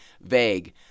vague